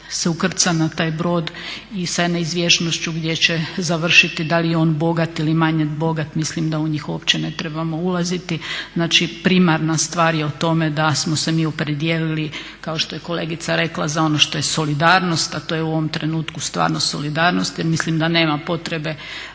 se ukrca na taj brod i sa neizvjesnošću gdje će završiti, da li je on bogat ili manje bogat, mislim da unjih uopće ne trebamo ulaziti. Znači primarna stvar je u tom da smo se mi opredijelili kao što je kolegica rekla za ono što je solidarnost, a to je u ovom trenutku stvarno solidarnost jer mislim da nema potrebe